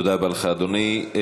תודה רבה לך, אדוני.